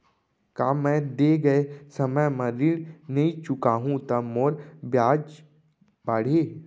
का मैं दे गए समय म ऋण नई चुकाहूँ त मोर ब्याज बाड़ही?